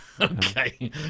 okay